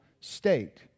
state